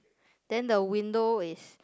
then the window is